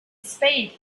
spade